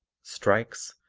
strikes,